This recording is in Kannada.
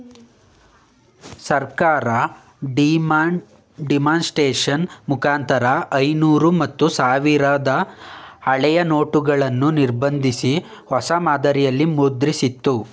ಸರ್ಕಾರ ಡಿಮಾನಿಟೈಸೇಷನ್ ಮುಖಾಂತರ ಐನೂರು ಮತ್ತು ಸಾವಿರದ ಹಳೆಯ ನೋಟುಗಳನ್ನು ನಿರ್ಬಂಧಿಸಿ, ಹೊಸ ಮಾದರಿಯಲ್ಲಿ ಮುದ್ರಿಸಿತ್ತು